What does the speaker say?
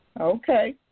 Okay